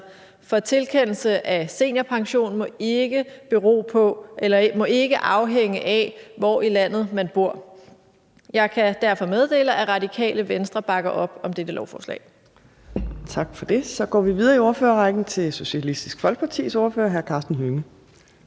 For tilkendelse af seniorpension må ikke afhæge af, hvor i landet man bor. Jeg kan derfor meddele, at Radikale Venstre bakker op om dette lovforslag. Kl. 13:39 Fjerde næstformand (Trine Torp): Tak for det. Så går vi videre i ordførerrækken til Socialistisk Folkepartis ordfører, hr. Karsten Hønge.